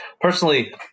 personally